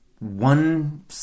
one